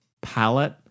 palette